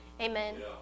Amen